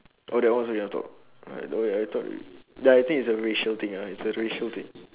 oh that one you also cannot talk ah okay ya I thought ya I think it's a racial thing ya it's a racial thing